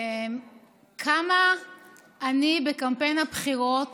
כמה אני בקמפיין הבחירות